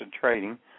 trading